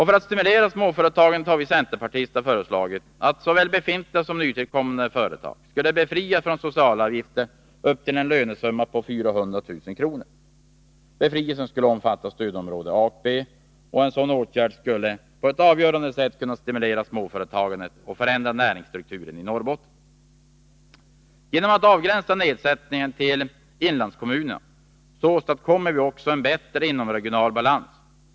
För att stimulera småföretagandet har vi centerpartister föreslagit att såväl befintliga som nytillkommande företag befrias från socialavgifterna upp till en lönesumma på 400 000 kr. Befrielsen skulle omfatta stödområdena A och B, och en sådan åtgärd skulle på ett avgörande sätt kunna stimulera småföretagandet och förändra näringsstrukturen i Norrbotten. Genom att avgränsa nedsättningen till inlandskommunerna åstadskommer vi också en bättre inomregional balans.